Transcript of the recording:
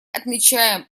отмечаем